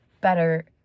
better